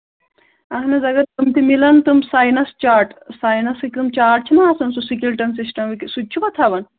اَہن حظ اَگر تِم تہِ مِلَن تِم ساینَس چاٹ ساینَسٕکۍ یِم چاٹ چھِ نہ آسان سُہ سِکِلٹَن سِسٹم سُہ تہِ چھُوا تھاوان